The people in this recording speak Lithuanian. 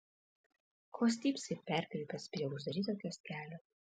ko stypsai perkrypęs prie uždaryto kioskelio